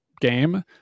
game